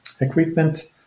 equipment